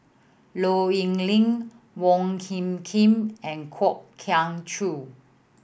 Low Yen Ling Wong Hung Khim and Kwok Kian Chow